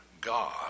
God